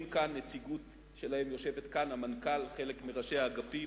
נציגות שלהם יושבת כאן: המנכ"ל, חלק מראשי האגפים.